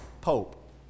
Pope